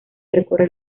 recorre